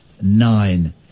nine